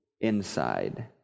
inside